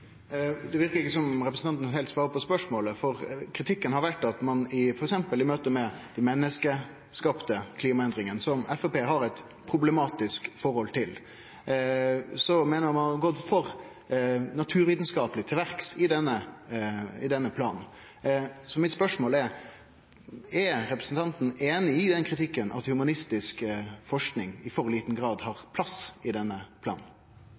Det verkar ikkje som representanten heilt svarer på spørsmålet. Kritikken har vore at ein f.eks. i møte med dei menneskeskapte klimaendringane, som Framstegspartiet har eit problematisk forhold til, har gått for naturvitskapleg til verks i denne planen. Så mitt spørsmål er: Er representanten einig i den kritikken, at humanistisk forsking i for liten grad har plass i denne planen?